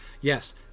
Yes